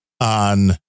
on